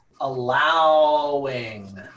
allowing